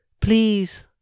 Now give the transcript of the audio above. Please